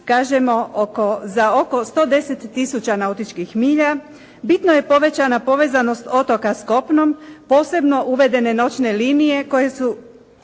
kažemo za oko 110 tisuća nautičkih milja, bitno je povećana povezanost otoka s kopnom, posebno uvedene noćne linije koje su